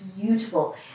beautiful